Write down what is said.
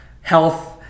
health